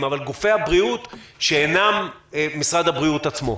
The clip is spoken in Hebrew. אבל גופי הבריאות שאינם משרד הבריאות עצמו.